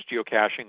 geocaching